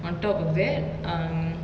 on top of that um